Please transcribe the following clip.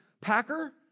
Packer